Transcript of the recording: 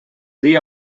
dia